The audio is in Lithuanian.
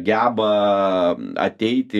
geba ateiti